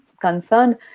concerned